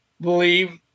believe